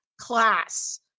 class